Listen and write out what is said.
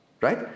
Right